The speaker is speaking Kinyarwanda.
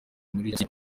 muri